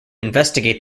investigate